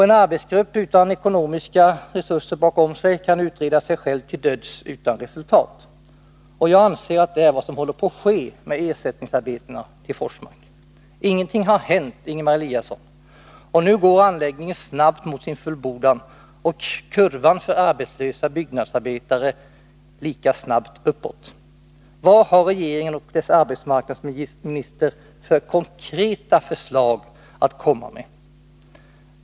En arbetsgrupp utan ekonomiska resurser bakom sig kan utreda sig själv till döds utan resultat, och jag anser att det är vad som håller på att ske med ersättningsarbetena till Forsmark. Ingenting har hänt, Ingemar Eliasson. Nu går anläggningen snabbt mot sin fullbordan, och kurvan för arbetslösa byggnadsarbetare går lika snabbt uppåt. Vad har regeringen och dess arbetsmarknadsminister för konkreta förslag att komma med?